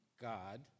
God